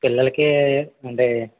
పిల్లలకీ అంటే